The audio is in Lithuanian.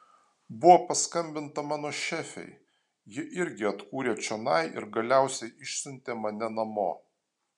buvo paskambinta mano šefei ji irgi atkūrė čionai ir galiausiai išsiuntė mane namo